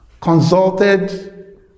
consulted